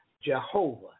Jehovah